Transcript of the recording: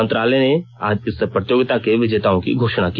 मंत्रालय ने आज इस प्रतियोगिता के विजेताओं की घोषणा की